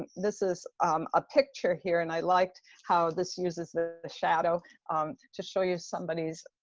this is a picture here, and i liked how this uses the the shadow to show you somebody's,